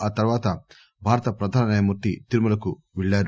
ఆ తర్వాత భారత ప్రధాన న్యాయమూర్తి తిరుమలకు పెళ్లారు